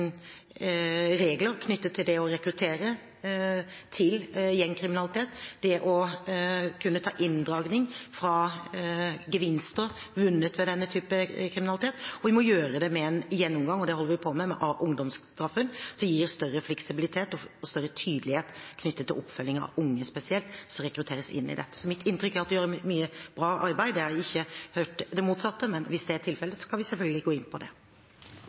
regler knyttet til det å rekruttere til gjengkriminalitet, med å kunne inndra gevinster vunnet på denne typen kriminalitet. Vi må gjøre det med en gjennomgang, og det holder vi på med, av ungdomsstraffen som gir større fleksibilitet og større tydelighet knyttet til oppfølgingen av unge spesielt som rekrutteres inn i dette. Så mitt inntrykk er at det gjøres mye bra arbeid. Jeg har ikke hørt det motsatte, men hvis det er tilfellet, kan vi selvfølgelig gå inn på det.